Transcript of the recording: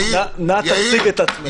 נא תציג את עצמך.